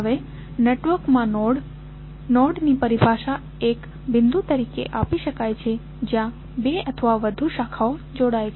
હવે નેટવર્ક માં node ni paribhasha એ એક બિંદુ તરીકે આપી શકાય છે જ્યાં બે અથવા વધુ શાખાઓ જોડાય છે